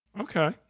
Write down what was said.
Okay